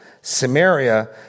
Samaria